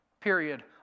period